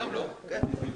כן, כן,